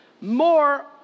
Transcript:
more